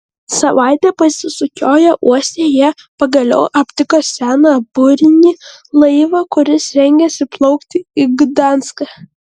savaitę pasisukioję uoste jie pagaliau aptiko seną burinį laivą kuris rengėsi plaukti į gdanską